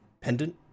pendant